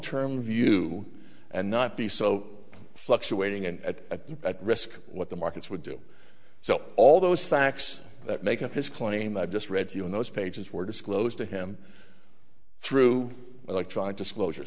term view and not be so fluctuating and at at risk what the markets would do so all those facts that make up his claim that i've just read to you in those pages were disclosed to him through electronic disclosure